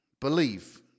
Believe